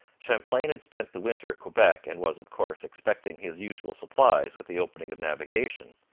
champlain had spent the winter at quebec and was, of course, expecting his usual supplies with the opening of navigation.